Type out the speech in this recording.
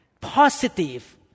positive